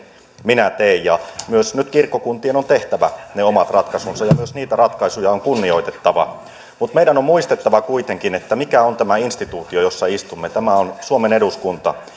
minä teen nyt myös kirkkokuntien on tehtävä ne omat ratkaisunsa ja myös niitä ratkaisuja on kunnioitettava mutta meidän on on muistettava kuitenkin mikä on tämä instituutio jossa istumme tämä on suomen eduskunta